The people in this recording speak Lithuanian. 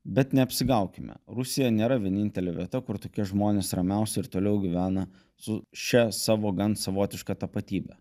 bet neapsigaukime rusija nėra vienintelė vieta kur tokie žmonės ramiausiai ir toliau gyvena su šia savo gan savotiška tapatybe